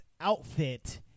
outfit